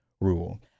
rule